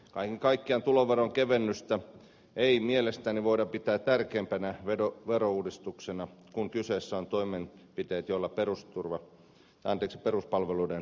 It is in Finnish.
kaiken kaikkiaan tuloveron kevennystä ei mielestäni voida pitää tärkeimpänä verouudistuksena kun kyseessä ovat toimenpiteet joilla peruspalveluiden rahoitus turvataan